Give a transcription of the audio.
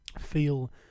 feel